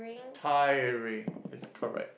tiring it's correct